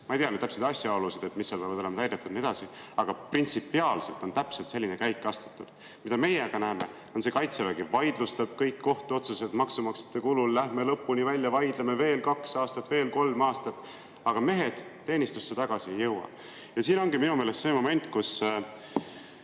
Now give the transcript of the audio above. Ma ei tea küll täpseid asjaolusid, et mis [tingimused] seal peavad olema täidetud ja nii edasi, aga printsipiaalselt on täpselt selline käik [tehtud]. Meie aga näeme, et Kaitsevägi vaidlustab kõik kohtuotsused maksumaksjate kulul: lähme lõpuni välja, vaidleme veel kaks aastat, veel kolm aastat. Aga mehed teenistusse tagasi ei jõua. Siin ongi minu meelest see moment, et